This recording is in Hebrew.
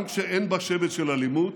גם כשאין בה שמץ של אלימות,